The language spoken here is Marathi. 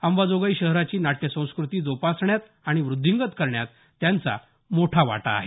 अंबाजोगाई शहराची नाट्यसंस्कृती जोपासण्यात आणि वृध्दींगत करण्यात त्यांचा मोठा वाटा आहे